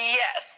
yes